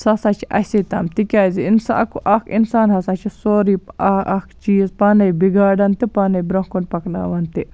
سُہ ہَسا چھُ اَسے تام تکیازِ انسا اکھ اِنسان ہَسا چھُ سورٕے اکھ چیٖز پانے بِگاڑان تہِ پانے برونٛہہ کُن پَکناوان تہِ